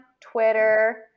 Twitter